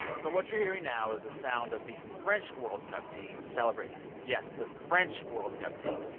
so what you're hearing now is the sound of the french world cup team celebrating yes, the french world cup team